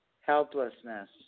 Helplessness